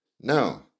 No